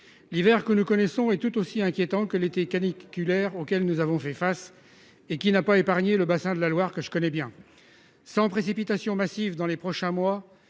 L'hiver que nous connaissons est tout aussi inquiétant que l'été caniculaire auquel nous avons fait face et qui n'a pas épargné le bassin de la Loire que je connais bien. En l'absence de précipitations massives dans les prochains mois,